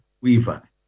Weaver